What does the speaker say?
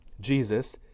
Jesus